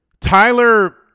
Tyler